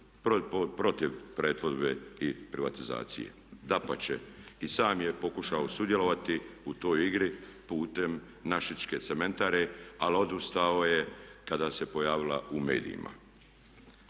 protiv pretvorbe i privatizacije. Dapače i sam je pokušao sudjelovati u toj igri putem našičke cementare ali odustao je kada se pojavila u medijima.